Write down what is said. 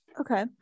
Okay